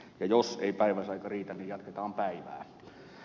jos ei päiväsaika riitä niin jatketaan päivää